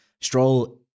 Stroll